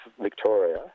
Victoria